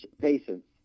patients